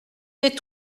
tais